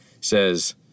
says